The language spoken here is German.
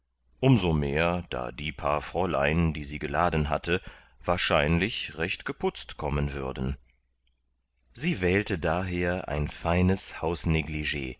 so mehr da die paar fräulein die sie geladen hatte wahrscheinlich recht geputzt kommen würden sie wählte daher ein feines hausneglig